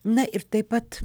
na ir taip pat